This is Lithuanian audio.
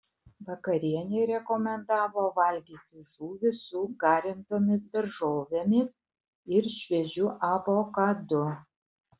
vakarienei rekomendavo valgyti žuvį su garintomis daržovėmis ir šviežiu avokadu